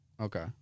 Okay